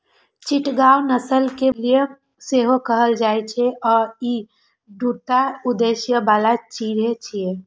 चिटगांव नस्ल कें मलय सेहो कहल जाइ छै आ ई दूटा उद्देश्य बला चिड़ै छियै